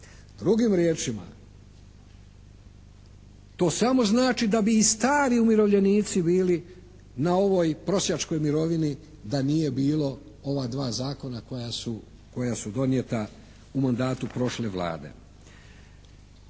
Drugim riječima, to samo znači da bi i stari umirovljenici bili na ovoj prosjačkoj mirovini da nije bilo ova dva zakona koja su donijeta u mandatu prošle Vlade.